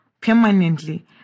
permanently